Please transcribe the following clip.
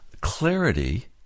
clarity